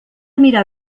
mirar